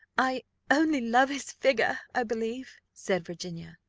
i only love his figure, i believe, said virginia.